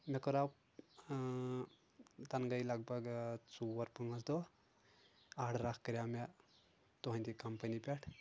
مےٚ کریاو تنہٕ گٔے لگ بگ ژور پانٛژھ دۄہ آرڈر اکھ کریاو مےٚ تُہنٛدِ کمپنی پٮ۪ٹھ